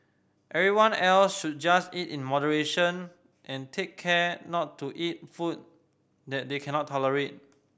everyone else should just eat in moderation and take care not to eat food that they cannot tolerate